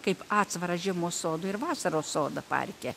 kaip atsvarą žiemos sodui ir vasaros sodą parke